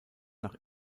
nach